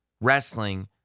wrestling